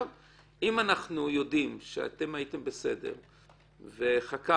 אם אנחנו יודעים שאתם הייתם בסדר וחקרתם,